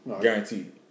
guaranteed